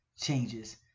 changes